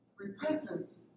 Repentance